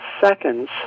seconds